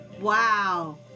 Wow